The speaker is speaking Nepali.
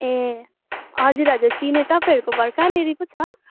ए हजुर हजुर चिनेँ तपाईँहरूको घर काँनेरि पो छ